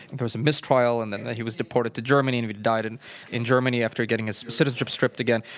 there was a mistrial, and then he was deported to germany, and he died and in germany after getting his citizenship stripped again.